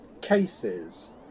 cases